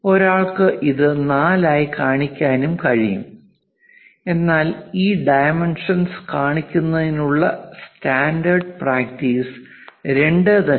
ഒരാൾക്ക് ഇത് 4 ആയി കാണിക്കാനും കഴിയും എന്നാൽ ഈ ഡൈമെൻഷൻസ് കാണിക്കുന്നതിനുള്ള സ്റ്റാൻഡേർഡ് പ്രാക്ടീസ് 2